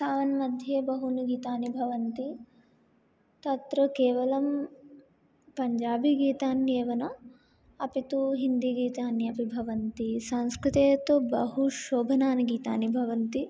seven मध्ये बहूनि गीतानि भवन्ति तत्र केवलं पञ्जाबीगीतान्येव न अपि तु हिन्दीगीतान्यपि भवन्ति संस्कृते तु बहुशोभनानि गीतानि भवन्ति